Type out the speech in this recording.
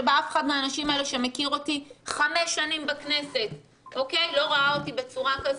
אף אחד מהאנשים האלה שמכיר אותי חמש שנים בכנסת לא ראה אותי בצורה כזאת,